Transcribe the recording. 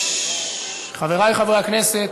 חברי חברי הכנסת.